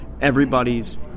everybody's